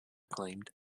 claimed